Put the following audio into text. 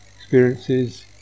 experiences